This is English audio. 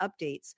updates